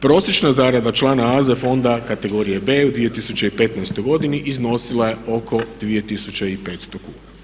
Prosječna zarada člana AZ fonda kategorije B u 2015.godini iznosila je oko 2500 kuna.